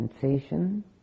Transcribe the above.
sensation